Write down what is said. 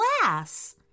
glass